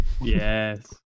Yes